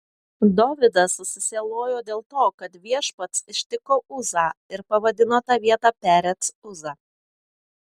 dovydas susisielojo dėl to kad viešpats ištiko uzą ir pavadino tą vietą perec uza